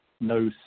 no